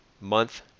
month